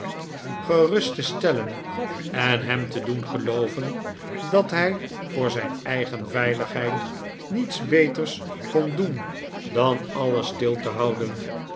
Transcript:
gerust te stellen en hem te doen gelooven dat hij voor zijn eigen veiligheid niets beters kon doen dan alles stil te houden